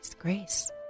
Grace